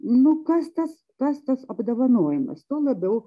nu kas tas kas tas apdovanojimas tuo labiau